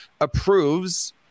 approves